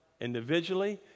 Individually